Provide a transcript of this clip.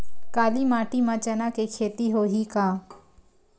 काली माटी म चना के खेती होही का?